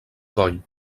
coll